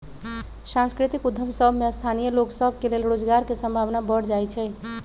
सांस्कृतिक उद्यम सभ में स्थानीय लोग सभ के लेल रोजगार के संभावना बढ़ जाइ छइ